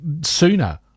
sooner